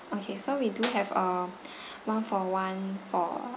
okay so we do have a one for one for